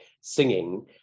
singing